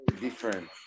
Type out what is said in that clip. different